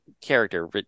character